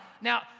Now